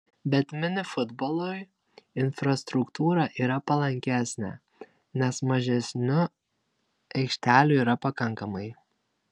bet mini futbolui infrastruktūra yra palankesnė nes mažesniu aikštelių yra pakankamai